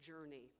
journey